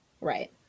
Right